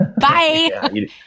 bye